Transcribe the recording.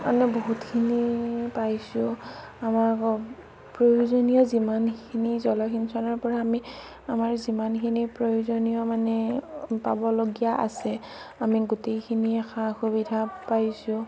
মানে বহুতখিনি পাইছোঁ আমাৰ প্ৰয়োজনীয় যিমানখিনি জলসিঞ্চনৰপৰা আমি আমাৰ যিমানখিনি প্ৰয়োজনীয় মানে পাবলগীয়া আছে আমি গোটেইখিনিয়ে সা সুবিধা পাইছোঁ